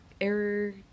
error